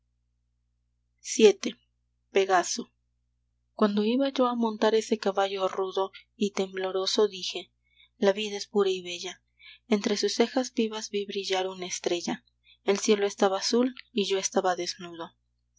vii pegaso cuando iba yo a montar ese caballo rudo y tembloroso dije la vida es pura y bella entre sus cejas vivas vi brillar una estrella el cielo estaba azul y yo estaba desnudo